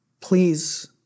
please